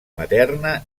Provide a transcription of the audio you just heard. materna